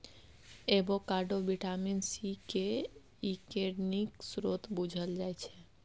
avocado vitamin C, K, E केर नीक स्रोत बुझल जाइ छै